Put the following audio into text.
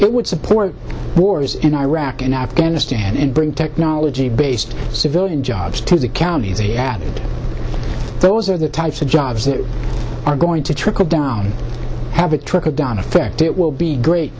it would support wars in iraq and afghanistan and bring technology based civilian jobs to the counties he added those are the types of jobs that are going to trickle down have a trickle down effect it will be great